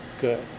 good